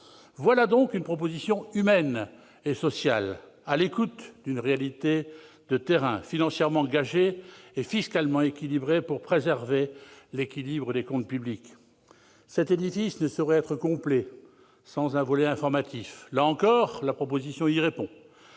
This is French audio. Voilà donc une proposition humaine et sociale, à l'écoute des réalités de terrain, financièrement gagée et fiscalement équilibrée pour préserver l'équilibre des comptes publics. Cet édifice ne serait pas complet sans un volet informatif. Là encore, la proposition de